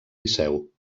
liceu